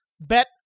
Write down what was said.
Bet